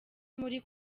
muri